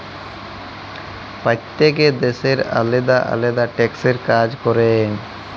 প্যইত্তেক দ্যাশের আলেদা আলেদা ট্যাক্সের কাজ ক্যরে